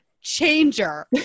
changer